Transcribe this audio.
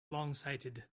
longsighted